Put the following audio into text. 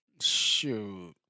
Shoot